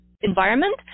environment